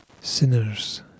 Sinners